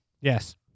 Yes